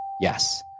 yes